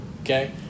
Okay